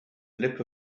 lip